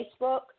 Facebook